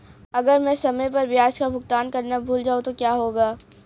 अगर मैं समय पर ब्याज का भुगतान करना भूल जाऊं तो क्या होगा?